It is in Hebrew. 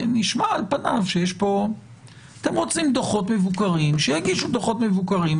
אתם רוצים דוחות מבוקרים, שיגישו דוחות מבוקרים.